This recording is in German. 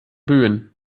böen